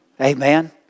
Amen